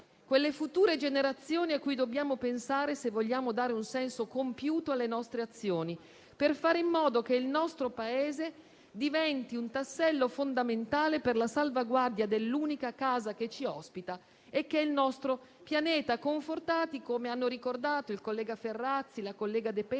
quelle future generazioni a cui dobbiamo pensare, se vogliamo dare un senso compiuto alle nostre azioni, per fare in modo che il nostro Paese diventi un tassello fondamentale per la salvaguardia dell'unica casa che ci ospita, il nostro pianeta, confortati - come hanno ricordato il collega Ferrazzi e la collega De Petris